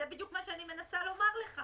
זה בדיוק מה שאני מנסה לומר לך,